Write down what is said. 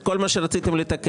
את כל מה שרציתם לתקן,